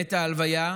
בעת ההלוויה,